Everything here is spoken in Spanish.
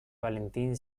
valentín